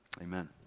amen